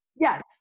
Yes